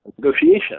negotiation